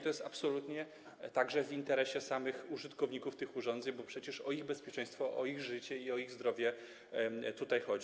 To jest absolutnie w interesie samych użytkowników tych urządzeń, bo przecież o ich bezpieczeństwo, o ich życie i o ich zdrowie tutaj chodzi.